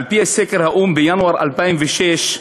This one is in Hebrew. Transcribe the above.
על-פי סקר האו"ם בינואר 2006,